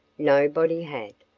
nobody had.